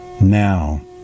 now